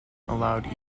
allowed